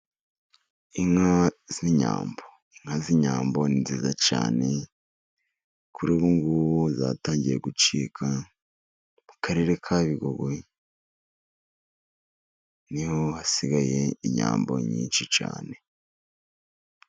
Inka z'inyambo, inka z'inyambo ni nziza cyane. Kuri ubu ngubu zatangiye gucika, mu karere ka Bigogwe niho hasigaye inyambo nyinshi cyane.